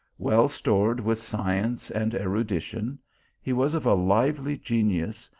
well stored with science and eriuition he was of a lively genius,